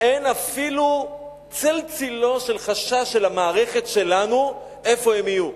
אין אפילו צל צלו של חשש של המערכת שלנו איפה הם יהיו.